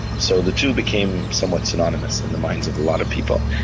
so the two became somewhat synonymous in the minds of a lot of people.